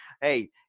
Hey